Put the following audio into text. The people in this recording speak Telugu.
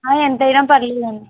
ఎంతైనా పర్లేదండి